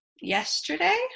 yesterday